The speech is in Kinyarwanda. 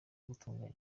gutunganya